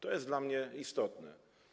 To jest dla mnie istotne.